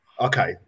okay